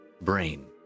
brain